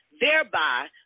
Thereby